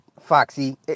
Foxy